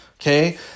Okay